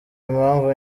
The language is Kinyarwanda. impamvu